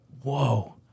whoa